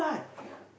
yeah